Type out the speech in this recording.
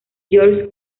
george